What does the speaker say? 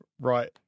Right